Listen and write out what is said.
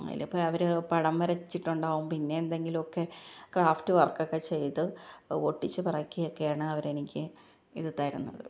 അതിലിപ്പോൾ അവർ പടം വരച്ചിട്ടുണ്ടാവും പിന്നെ എന്തെങ്കിലും ഒക്കെ ക്രാഫ്റ്റ് വര്ക്ക് ഒക്കെ ചെയ്ത് ഒട്ടിച്ച് പെറുക്കി ഒക്കെയാണ് അവരെനിക്ക് ഇത് തരുന്നത്